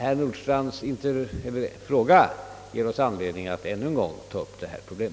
Herr Nordstrandhs fråga ger oss anledning att ännu en gång ta upp detta problem.